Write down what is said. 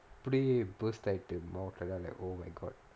it burst like the mouth then I was like oh my god